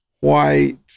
white